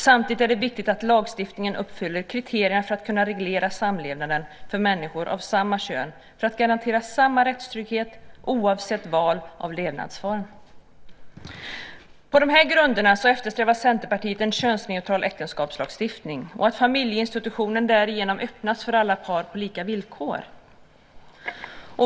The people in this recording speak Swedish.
Samtidigt är det viktigt att lagstiftningen uppfyller kriterierna för att kunna reglera samlevnaden för människor av samma kön för att garantera samma rättstrygghet oavsett val av levnadsform. På de här grunderna eftersträvar Centerpartiet en könsneutral äktenskapslagstiftning och att familjeinstitutionen därigenom öppnas för alla par på lika villkor.